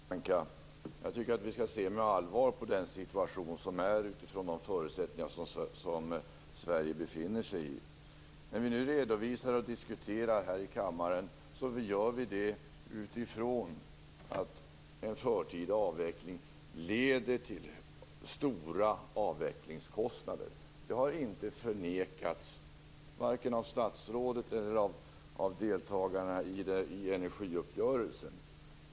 Fru talman! Jag tycker att vi skall se med allvar på den situation som råder med de förutsättningar som Sverige har. När vi nu diskuterar i kammaren gör vi det utifrån att en förtida avveckling leder till stora avvecklingskostnader. Det har inte förnekats vare sig av statsrådet eller av deltagarna i energiuppgörelsen.